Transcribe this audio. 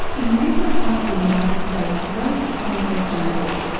in the middle of one of the united states' greatest concrete jungles,